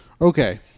Okay